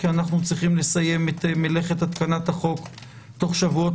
כי עלינו לסיים את מלאכת התקנת החוק תוך שבועות